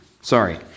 sorry